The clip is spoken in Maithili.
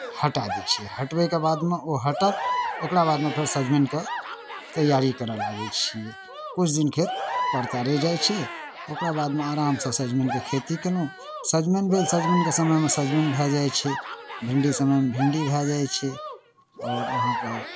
हटा दैत छियै हटबयके बादमे ओ हटत ओकरा बादमे फेर सजमनिके तैआरी करय लागै छियै किछु दिन खेत पड़ता रहि जाइ छै ओकरा बादमे फेर आरामसँ सजमनिके खेती कयलहुँ सजमनि भेल सजमनिके समयमे सजमनि भए जाइ छै भिंडीके समयमे भिंडी भए जाइ छै आओर अहाँकेँ